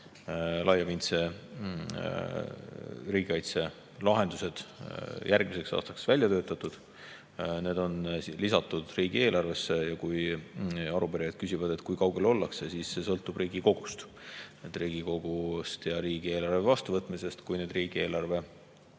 laiapindse riigikaitse lahendused järgmiseks aastaks välja töötatud. Need on lisatud riigieelarvesse. Ja kui arupärijad küsivad, et kui kaugel ollakse, siis see sõltub Riigikogust ja riigieelarve vastuvõtmisest. Kui riigieelarvesse